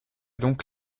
donc